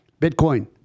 Bitcoin